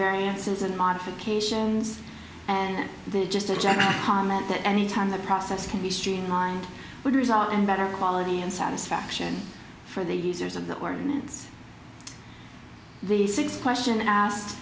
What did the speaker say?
variances and modifications and then just a general comment that anytime the process can be streamlined would result in better quality and satisfaction for the users of the ordinance the six question asked